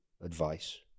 advice